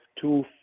two